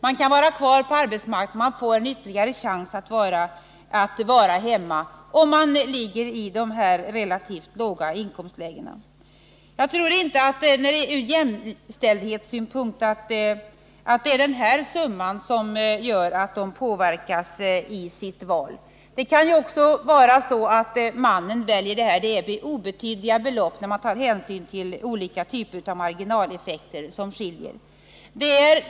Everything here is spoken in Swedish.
Man kan stanna kvar på arbetsmarknaden, eller man kan vara hemma om man ligger i de relativt låga inkomstlägena utan att förlora ekonomiskt. Jag tror inte att den nämnda summan påverkar valet. Det kan också vara så att mannen väljer. När man tar hänsyn till olika typer av marginaleffekter spelar detta ingen större roll för hur man väljer.